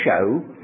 show